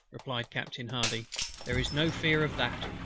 replied captain hardy there is no fear of that.